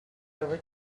over